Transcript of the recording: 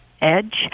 edge